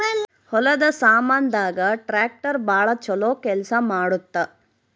ಹೊಲದ ಸಾಮಾನ್ ದಾಗ ಟ್ರಾಕ್ಟರ್ ಬಾಳ ಚೊಲೊ ಕೇಲ್ಸ ಮಾಡುತ್ತ